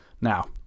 Now